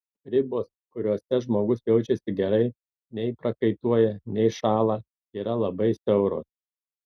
ribos kuriose žmogus jaučiasi gerai nei prakaituoja nei šąla yra labai siauros